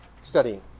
studying